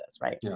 right